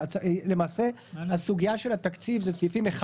למעשה הסוגיה של התקציב זה סעיפים 1